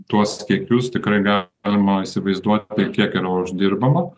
tuos kiekius tikrai galima įsivaizduoti kiek yra uždirbama